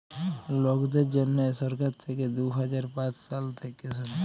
লকদের জ্যনহে সরকার থ্যাইকে দু হাজার পাঁচ সাল থ্যাইকে শুরু